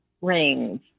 rings